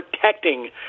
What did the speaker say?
protecting